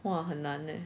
!wah! 很难 leh